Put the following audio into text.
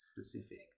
specific